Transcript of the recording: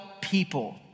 people